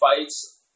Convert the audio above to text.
fights